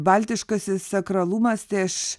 baltiškasis sakralumas tai aš